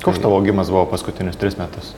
koks tavo augimas buvo paskutinius tris metus